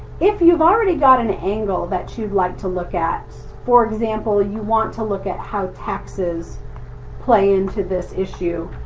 if you've already got an angle that you'd like to look at, for example, you want to look at how taxes play into this issue,